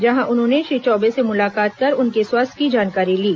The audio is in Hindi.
जहां उन्होंने श्री चौबे से मुलाकात कर उनके स्वास्थ्य की जानकारी ली